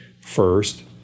first